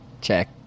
Check